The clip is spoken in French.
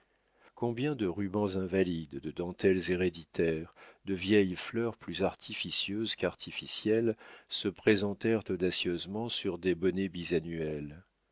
combien de rubans invalides de dentelles héréditaires de vieilles fleurs plus artificieuses qu'artificielles se présentèrent audacieusement sur des bonnets